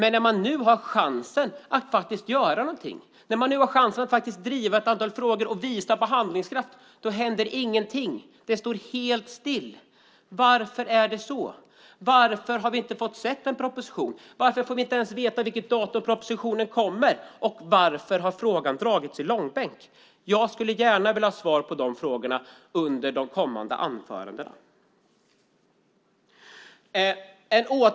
När man nu har chansen att faktiskt göra någonting och driva ett antal frågor och visa handlingskraft händer ingenting. Det står helt stilla. Varför är det så? Varför har vi inte fått se en proposition? Varför får vi inte ens veta vilket datum propositionen kommer? Varför har frågan dragits i långbänk? Jag skulle gärna vilja ha svar på de frågorna under de kommande anförandena.